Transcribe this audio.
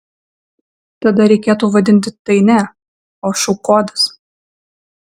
tada reikėtų vadinti tai ne o šou kodas